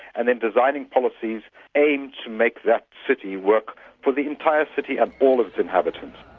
and then designing policies aimed to make that city work for the entire city and all its inhabitants.